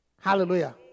Hallelujah